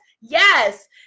yes